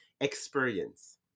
experience